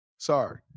Sorry